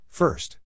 First